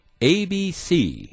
ABC